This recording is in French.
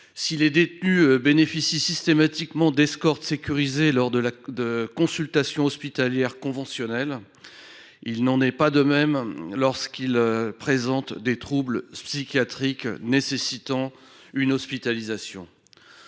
Si les détenus bénéficient systématiquement d’escortes sécurisées lors de consultations hospitalières conventionnelles, il n’en va pas de même lorsqu’ils présentent des troubles psychiatriques nécessitant une hospitalisation.